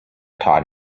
taught